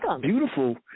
beautiful